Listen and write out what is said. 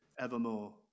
evermore